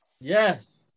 Yes